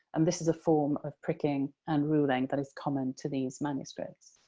and this is a form of pricking and ruling that is common to these manuscripts.